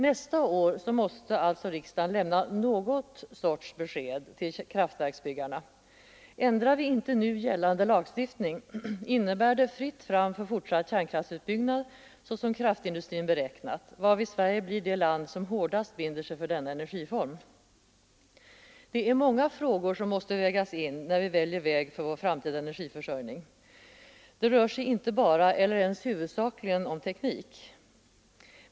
Nästa år måste alltså riksdagen lämna någon sorts besked till kraftverksbyggarna. Ändrar vi inte nu gällande lagstiftning, innebär det fritt fram för fortsatt kärnkraftsutbyggnad såsom kraftindustrin beräknat, varvid Sverige blir det land som hårdast binder sig för denna energiform. Det är många faktorer som måste vägas in när vi väljer väg för vår framtida energiförsörjning. Det rör sig inte bara eller ens huvudsakligen om teknik.